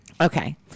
Okay